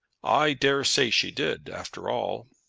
i daresay she did after all.